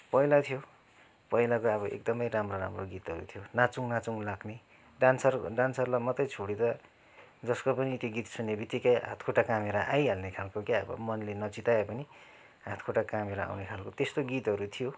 पहिला थियो पहिलाको अब एकदमै राम्रो राम्रो गीतहरू थियो नाचौँ नाचौँ लाग्ने डान्सर डान्सरलाई मात्रै छोडेर जसको पनि त्यो गीत सुन्नेबित्तिकै हातखुट्टा कामेर आइहाल्ने खालको क्या अब मनले नचिताए पनि हातखुट्टा कामेर आउने खालको त्यस्तो गीतहरू थियो